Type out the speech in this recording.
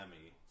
Emmy